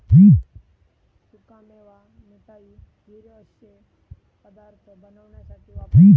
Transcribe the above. सुका मेवा मिठाई, खीर अश्ये पदार्थ बनवण्यासाठी वापरतत